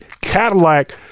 cadillac